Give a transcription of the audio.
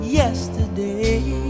yesterday